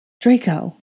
Draco